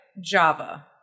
Java